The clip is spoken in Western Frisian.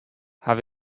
haw